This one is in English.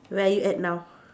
where are you at now